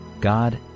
God